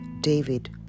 David